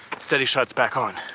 steady shots back on.